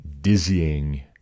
dizzying